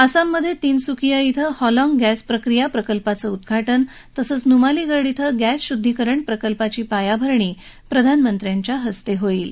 आसाममधे तीनसुकिया कें हॉलॉंग गॅस प्रक्रिया प्रकल्पाचं उद्घाटन तसंच नुमालीगढ कें गॅस शुद्धिकरण प्रकल्पाची पायाभरणी प्रधानमंत्र्यांच्या हस्ते होईल